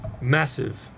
massive